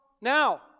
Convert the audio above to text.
now